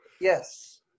Yes